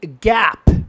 gap